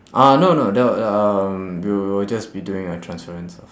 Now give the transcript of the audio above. uh no no there'll um we will just be doing a transference of